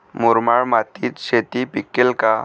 मुरमाड मातीत शेती पिकेल का?